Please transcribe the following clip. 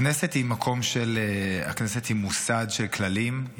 הכנסת היא מוסד של כללים,